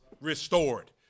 restored